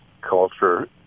culture